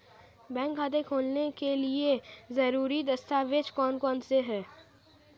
Bank खाता खोलने के लिए ज़रूरी दस्तावेज़ कौन कौनसे हैं?